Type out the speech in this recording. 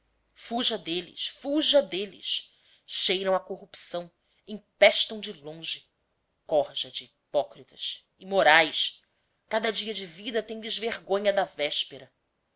fuja deles fuja deles cheiram a corrupção empestam de longe corja de hipócritas imorais cada dia de vida tem lhes vergonha da véspera